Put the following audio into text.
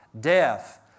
death